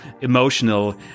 emotional